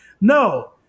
No